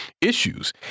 issues